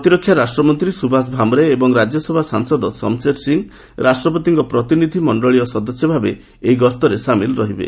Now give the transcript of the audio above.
ପ୍ରତିରକ୍ଷା ରାଷ୍ଟ୍ରମନ୍ତ୍ରୀ ସୁଭାଷ ଭାମ୍ରେ ଏବଂ ରାଜ୍ୟସଭା ସାଂସଦ ଶମ୍ସେର୍ ସିଂ ରାଷ୍ଟ୍ରପତିଙ୍କ ପ୍ରତିନିଧି ମଣ୍ଡଳୀୟ ସଦସ୍ୟ ଭାବେ ଏହି ଗସ୍ତରେ ସାମିଲ୍ ରହିବେ